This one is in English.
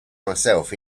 myself